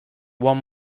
one